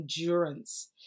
endurance